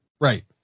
Right